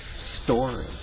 story